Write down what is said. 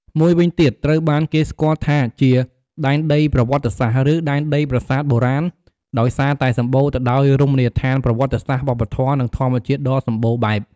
មួយវិញទៀត ត្រូវបានគេស្គាល់ថាជា "ដែនដីប្រវត្តិសាស្ត្រ" ឬ "ដែនដីប្រាសាទបុរាណ" ដោយសារតែសម្បូរទៅដោយរមណីយដ្ឋានប្រវត្តិសាស្ត្រ វប្បធម៌ និងធម្មជាតិដ៏សំបូរបែប។